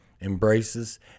embraces